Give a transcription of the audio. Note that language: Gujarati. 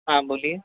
હા બોલીએ